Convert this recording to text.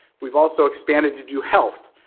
we've also expanded to do health,